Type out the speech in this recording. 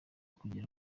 kugera